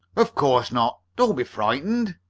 of course not. don't be frightened.